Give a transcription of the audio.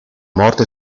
morte